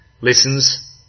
listens